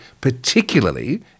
particularly